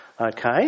okay